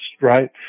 right